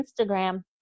Instagram